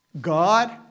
God